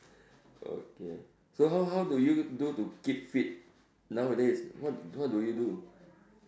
okay so how how do you do to keep fit nowadays what what do you do